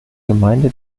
gemeinde